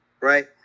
right